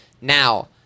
Now